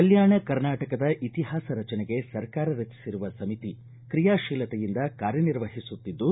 ಕಲ್ಮಾಣ ಕರ್ನಾಟಕದ ಇತಿಹಾಸ ರಚನೆಗೆ ಸರ್ಕಾರ ರಚಿಸಿರುವ ಸಮಿತಿ ಕ್ರಿಯಾಶೀಲತೆಯಿಂದ ಕಾರ್ಯನಿರ್ವಹಿಸುತ್ತಿದ್ದು